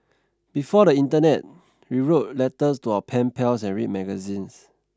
before the internet we wrote letters to our pen pals and read magazines